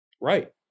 Right